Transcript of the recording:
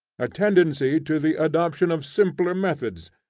a tendency to the adoption of simpler methods,